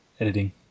editing